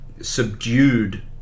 subdued